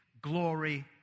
glory